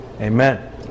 Amen